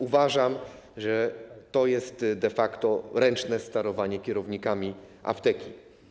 Uważam, że to jest de facto ręczne sterowanie kierownikami apteki.